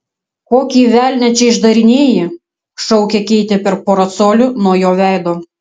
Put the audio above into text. kokį velnią čia išdarinėji šaukė keitė per porą colių nuo jo veido